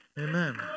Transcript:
Amen